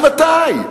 עד מתי?